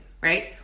right